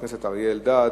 של חבר הכנסת אריה אלדד,